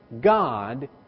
God